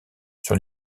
sur